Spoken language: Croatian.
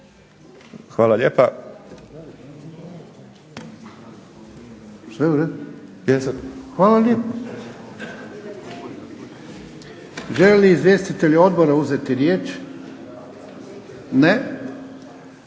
Ivan (HDZ)** Hvala lijepa. Žele li izvjestitelji Odbora uzeti riječ? Ne.